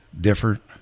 different